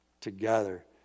together